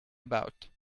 about